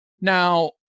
Now